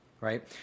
right